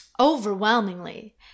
Overwhelmingly